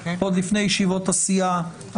עוד לפני ישיבות הסיעה,